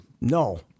No